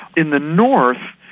in the north,